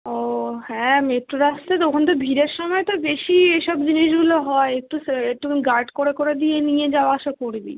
ও হ্যাঁ মেট্রোর আসতে তো ওখানে তো ভিড়ের সময় তো বেশিই এই সব জিনিসগুলো হয় একটু সে একটু গার্ড করে করে দিয়ে নিয়ে যাওয়া আসা করবি